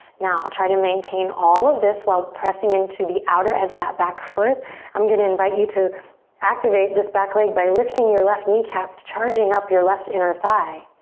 now try to maintain all of this while pressing into the outer edge of that back foot i'm going to invite you to activate this back leg by lifting your left kneecap charging up your left inner thigh